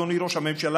אדוני ראש הממשלה,